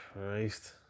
christ